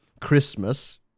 Christmas